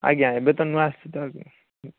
ଆଜ୍ଞା ଏବେ ତ ନୂଆ ଆସିଛି ତ ଆଉ କ'ଣ